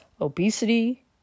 obesity